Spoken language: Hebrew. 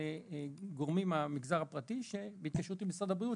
גורמים מהמגזר הפרטי בהתקשרות עם משרד הבריאות,